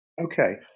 Okay